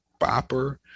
bopper